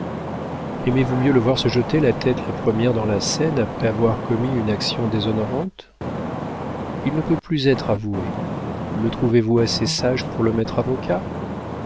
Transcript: aimez-vous mieux le voir se jeter la tête la première dans la seine après avoir commis une action déshonorante il ne peut plus être avoué le trouvez-vous assez sage pour le mettre avocat